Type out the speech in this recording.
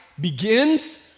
begins